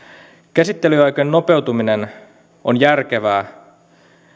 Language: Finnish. käsittelyaikojen nopeutuminen on järkevää